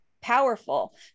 powerful